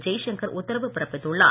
ஜெய்சங்கர் உத்தரவு பிறப்பித்துள்ளார்